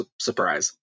surprise